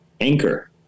anchor